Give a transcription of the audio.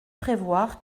prévoir